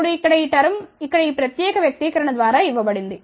ఇప్పుడు ఇక్కడ ఈ టర్మ్ ఇక్కడ ఈ ప్రత్యేక వ్యక్తీకరణ ద్వారా ఇవ్వబడింది